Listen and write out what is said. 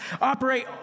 operate